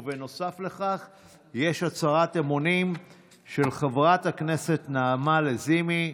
נוסף על כך יש הצהרת אמונים של חברת הכנסת נעמה לזימי.